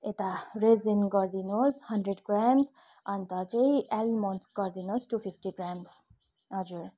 यता रेजेन गरिदिनुहोस् hundred grams अन्त चाहिँ आलमोन्ड गरिदिनुहोस् टू फिप्टी ग्राम्स हजुर